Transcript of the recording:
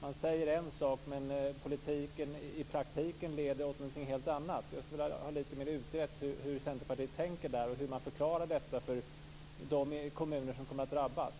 Man säger en sak, men politiken i praktiken leder till något helt annat. Jag skulle vilja ha lite mer utrett hur Centerpartiet tänker och hur man förklarar detta för de kommuner som kommer att drabbas.